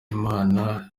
imana